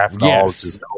yes